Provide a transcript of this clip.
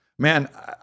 man